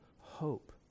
hope